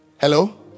Hello